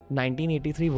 1983